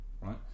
right